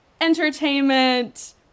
entertainment